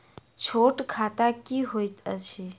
छोट खाता की होइत अछि